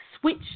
switch